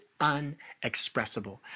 unexpressible